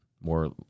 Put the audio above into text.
more